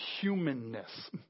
humanness